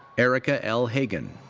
erika l. hagen.